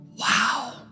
wow